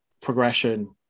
progression